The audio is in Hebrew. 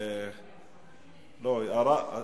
אתה מחליט מי ראשון,